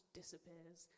disappears